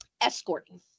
escorting